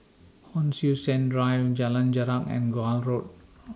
Hon Sui Sen Drive Jalan Jarak and Gul Road